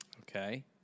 Okay